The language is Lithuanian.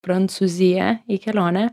prancūziją į kelionę